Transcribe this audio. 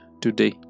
today